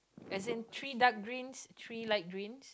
as in three dark greens three light green